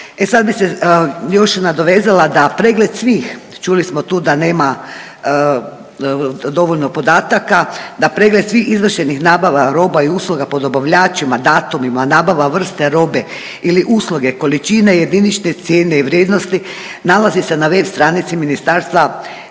E sad bi se još nadovezala da pregled svih, čuli smo tu da nema dovoljno podataka, da pregled svih izvršenih nabava roba i usluga po dobavljačima, datumima, nabava vrste robe ili usluge, količine, jedinične cijene i vrijednosti nalazi se na web stranica Ministarstva